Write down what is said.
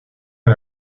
est